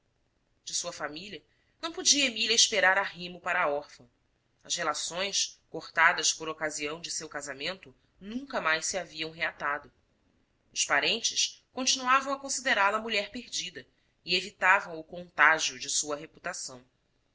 de sua família não podia emília esperar arrimo para a órfã as relações cortadas por ocasião de seu casamento nunca mais se haviam reatado os parentes continuavam a considerá la mulher perdida e evitavam o contágio de sua reputação